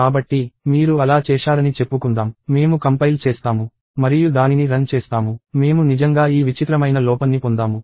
కాబట్టి మీరు అలా చేశారని చెప్పుకుందాం మేము కంపైల్ చేస్తాము మరియు దానిని రన్ చేస్తాము మేము నిజంగా ఈ విచిత్రమైన లోపం ని పొందాము